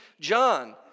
John